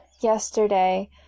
yesterday